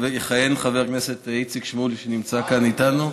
יכהן חבר הכנסת איציק שמולי, שנמצא כאן איתנו,